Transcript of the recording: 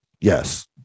yes